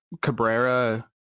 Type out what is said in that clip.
Cabrera –